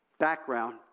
background